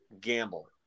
gamble